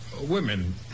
Women